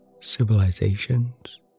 civilizations